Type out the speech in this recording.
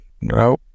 No